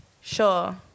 Sure